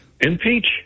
Impeach